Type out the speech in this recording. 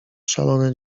szalone